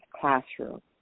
classroom